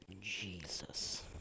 Jesus